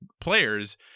players